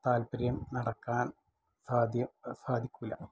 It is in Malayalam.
താൽപര്യം നടക്കാൻ സാധ്യം സാധിക്കൂല്ല